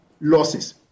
losses